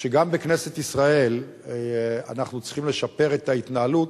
שגם בכנסת ישראל אנחנו צריכים לשפר את ההתנהלות.